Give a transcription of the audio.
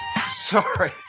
sorry